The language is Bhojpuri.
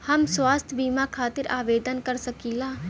हम स्वास्थ्य बीमा खातिर आवेदन कर सकीला?